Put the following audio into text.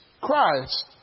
Christ